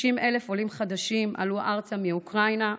60,000 עולים חדשים עלו ארצה מאוקראינה,